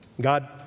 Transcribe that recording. God